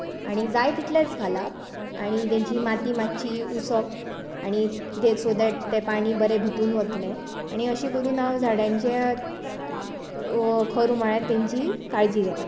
आनी जाय तितलेंच घालप आनी तेंची माती मात्शी उसप आनी सो देट तें पाणि भितुन वतलें आनी अशें करून झाडांच्या खर उमाळ्यांत तेंची काळजी घेता